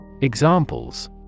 Examples